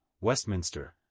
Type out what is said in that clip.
Westminster